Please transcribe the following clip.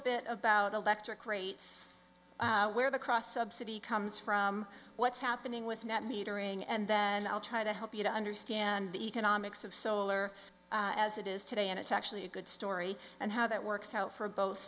bit about electric rates where the cross subsidy comes from what's happening with net metering and then i'll try to help you to understand the economics of solar as it is today and it's actually a good story and how that works out for both